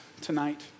tonight